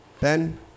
Ben